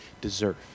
deserve